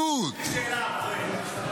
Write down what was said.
בצניעות.